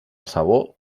sabor